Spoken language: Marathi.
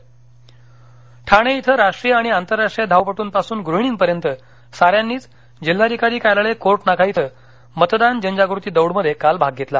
मतदान नजजागती ठाणे ठाणे इथं राष्ट्रीय आणि आंतरराष्ट्रीय धावपटू पासून गृहिणी पर्यंत साऱ्यांनीच जिल्हाधिकारी कार्यालय कोर्टा नाका इथं मतदानासाठी दौडमध्ये काल भाग घेतला